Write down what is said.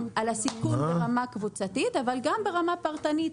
הסיכון ברמה הקבוצתית, אבל גם ברמה הפרטנית.